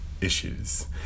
issues